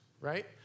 right